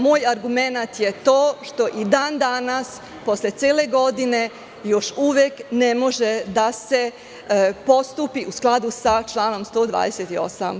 Moj argument je to što i dan danas posle cele godine još uvek ne može da se postupi u skladu sa članom 128.